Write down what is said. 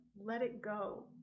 let-it-go